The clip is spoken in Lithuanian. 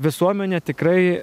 visuomenė tikrai